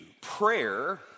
Prayer